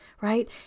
right